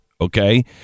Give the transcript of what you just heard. Okay